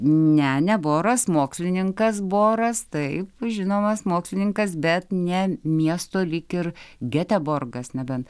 ne ne boras mokslininkas boras taip žinomas mokslininkas bet ne miesto lyg ir geteborgas nebent